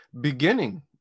beginning